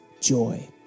joy